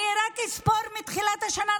אני אספור רק מתחילת השנה,